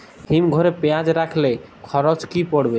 হিম ঘরে পেঁয়াজ রাখলে খরচ কি পড়বে?